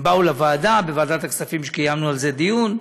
הם באו לוועדה, בוועדת הכספים קיימנו על זה דיון,